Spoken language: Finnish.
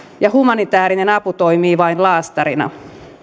ja humanitäärinen apu toimii vain laastarina